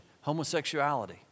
homosexuality